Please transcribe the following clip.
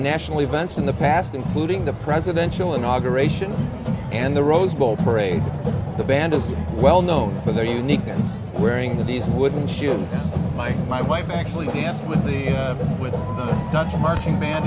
national events in the past including the presidential inauguration and the rose bowl parade the band as well known for their uniqueness wearing these wooden shoes my my wife actually passed with the with the touch marching band